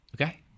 Okay